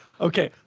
okay